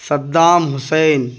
Saddam Hussein